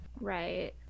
right